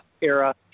era